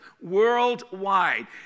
worldwide